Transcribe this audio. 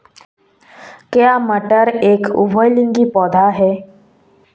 क्या मटर एक उभयलिंगी पौधा है?